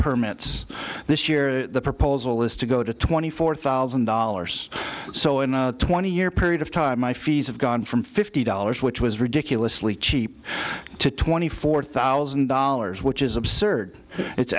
permits this year the proposal is to go to twenty four thousand dollars so in a twenty year period of time my fees have gone from fifty dollars which was ridiculously cheap to twenty four thousand dollars which is absurd it's